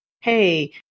hey